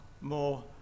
more